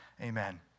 Amen